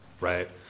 right